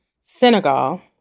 Senegal